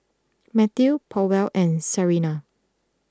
Matthew Powell and Sarina